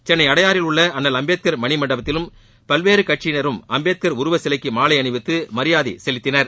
சென்னை அடையாறில் உள்ள அண்ணல் அம்பேதகர் மணிமண்டபத்திலும் பல்வேறு கட்சியினரும் அம்பேத்கர் உருவச்சிலைக்கு மாலை அணிவித்து மரியாதை செலுத்தினர்